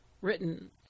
written